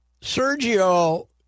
Sergio